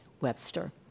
Webster